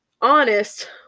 honest